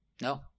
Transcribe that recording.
No